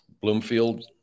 Bloomfield